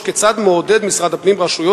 3. כיצד מעודד משרד הפנים את הרשויות